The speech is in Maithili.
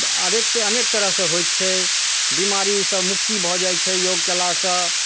अनेक तरह अनेक तरहसँ होइ छै बेमारीसँ मुक्ति भऽ जाइ छै योग कएलासँ